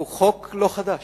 הוא חוק לא חדש,